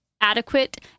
adequate